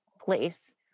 place